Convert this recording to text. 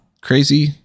crazy